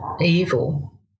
evil